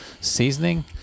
seasoning